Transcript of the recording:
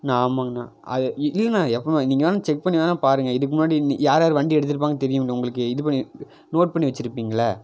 அண்ணா ஆமாங்கண்ணா அது இல்லைண்ணா எப்போவுமே நீங்கள் வேணால் செக் பண்ணி வேணால் பாருங்க இதுக்கு முன்னாடி யார் யார் வண்டி எடுத்திருப்பாங்கன்னு தெரியும்லை உங்களுக்கு இது பண்ணி நோட் பண்ணி வச்சுருப்பிங்கள்ல